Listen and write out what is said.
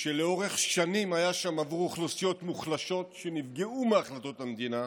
שלאורך שנים היה שם עבור אוכלוסיות מוחלשות שנפגעו מההחלטות המדינה,